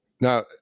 Now